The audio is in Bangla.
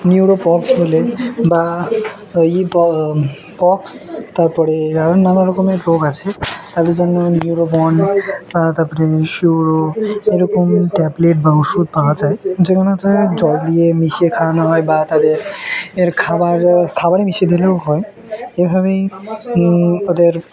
নিউরোপক্স বলে বা ই প পক্স তার পরে আরও নানা রকমের রোগ আছে তাদের জন্য নিউরোবন তারা তার পরে শিওর ও এরকম ট্যাবলেট বা ওষুধ পাওয়া যায় যেগুলো হচ্ছে জল দিয়ে মিশিয়ে খাওয়ানো হয় বা তাদের এর খাবার খাবারে মিশিয়ে দিলেও হয় এভাবেই ওদের